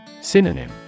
SYNONYM